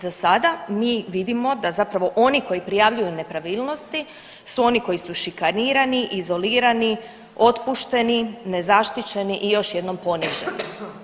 Za sada mi vidimo da zapravo oni koji prijavljuju nepravilnosti su oni koji su šikanirani, izolirani, otpušteni, nezaštićeni i još jednom poniženi.